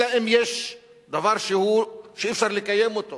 אלא אם כן יש דבר שאי-אפשר לקיים אותו